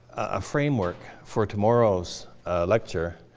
a framework for tomorrow's lecture.